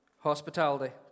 hospitality